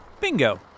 Bingo